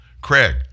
Craig